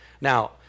Now